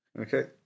Okay